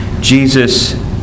Jesus